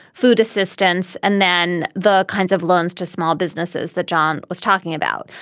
food assistance, and then the kinds of loans to small businesses that john was talking about.